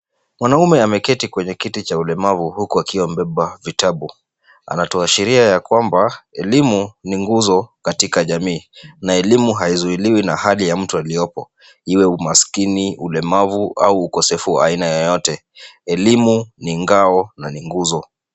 Mwanaume ameketi kwenye kiti cha ulemavu huku akiwa amebeba vitabu. Anatuashiria ya kwamba elimu ni nguzo katika jamii na elimu haizuiliwi na hali ya mtu aliopo, iwe umaskini, ulemavu au ukosevu wa aina yeyote. Elimu ni ngao na nguzo.